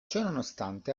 ciononostante